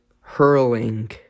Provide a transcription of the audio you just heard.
hurling